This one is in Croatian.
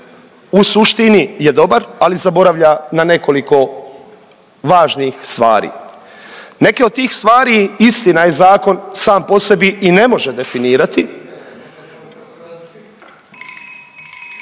u suštini je dobar, ali zaboravlja na nekoliko važnih stvari. Neke od stih stvari, istina je zakon sam po sebi i ne može definirati,